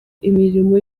imirimo